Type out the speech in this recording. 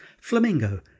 Flamingo